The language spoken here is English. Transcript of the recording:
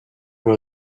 were